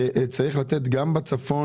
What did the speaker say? צריך לתת גם בצפון,